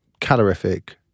calorific